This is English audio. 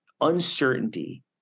uncertainty